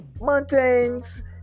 mountains